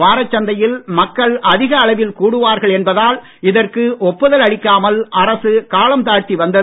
வாரச்சந்தையில் மக்கள் அதிகள அளவில் கூடுவார்கள் என்பதால் இதற்கு ஒப்புதல் அளிக்காமல் அரசு காலம் தாழ்த்தி வந்தது